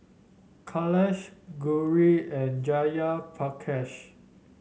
Kailash Gauri and Jayaprakash